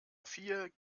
vier